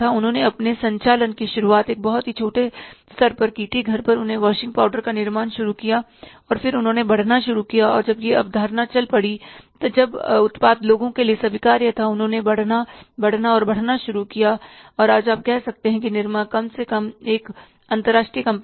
उन्होंने अपने संचालन की शुरुआत बहुत ही छोटे स्तर पर की थी घर पर उन्होंने वाशिंग पाउडर का निर्माण शुरू किया और फिर उन्होंने बढ़ना शुरू किया कि जब यह अवधारणा चल पड़ी जब उत्पाद लोगों के लिए स्वीकार्य था उन्होंने बढ़ना बढ़ना बढ़ना शुरू किया और आज आप कह सकते हैं कि निरमा कम से कम एक अंतरराष्ट्रीय कंपनी है